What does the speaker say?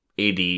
AD